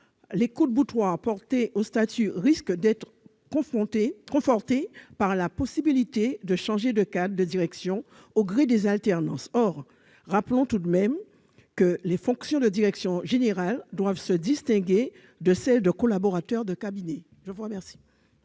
les coups de boutoir portés au statut risquent d'être confortés par la possibilité de changer de cadres de direction au gré des alternances. Rappelons tout de même que les fonctions de direction générale doivent se distinguer de celles de collaborateurs de cabinet. L'amendement